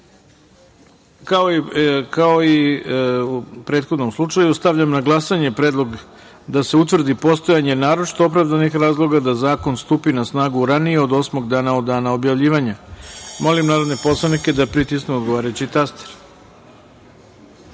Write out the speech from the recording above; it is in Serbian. i u prethodnom slučaju, stavljam na glasanje predlog da se utvrdi postojanje naročito opravdanih razloga da zakon stupi na snagu ranije od osmog dana od dana objavljivanja. Molim narodne poslanike da pritisnu odgovarajući